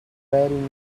wearing